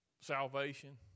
salvation